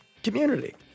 Community